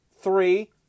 three